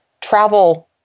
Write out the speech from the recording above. travel